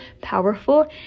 powerful